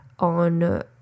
on